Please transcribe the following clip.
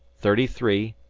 thirty three,